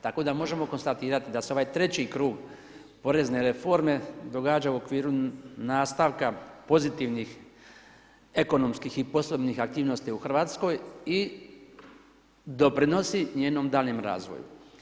Tako da možemo konstatirati da se ovaj treći krug porezne reforme događa u okviru nastavka pozitivnih ekonomskih i poslovnih aktivnosti u RH i doprinosi njenom daljnjem razvoju.